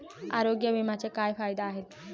आरोग्य विम्याचे काय फायदे आहेत?